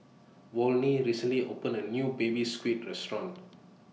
Volney recently opened A New Baby Squid Restaurant